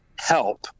help